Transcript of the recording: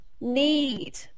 need